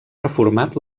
reformat